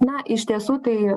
na iš tiesų tai